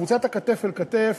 קבוצת כתף אל כתף,